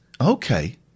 Okay